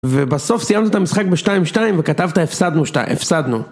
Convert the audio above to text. ובסוף סיימת את המשחק בשתיים שתיים וכתבת הפסדנו שתיים, הפסדנו